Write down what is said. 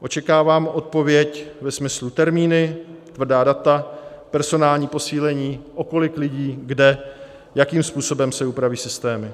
Očekávám odpověď ve smyslu termíny, tvrdá data, personální posílení, o kolik lidí, kde, jakým způsobem se upraví systém.